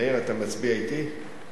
מאיר, אתה מצביע אתי?